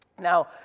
Now